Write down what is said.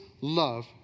love